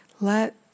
let